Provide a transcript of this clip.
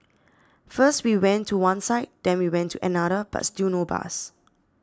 first we went to one side then we went to another but still no bus